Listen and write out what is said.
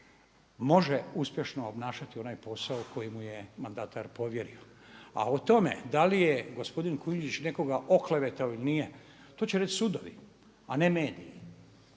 može uspješno obnašati onaj posao koji mu je mandatar povjerio. A o tome da li je gospodin Kujundžić nekoga oklevetao ili nije to će reći sudovi, a ne mi.